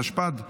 התשפ"ד 2024,